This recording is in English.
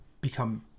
become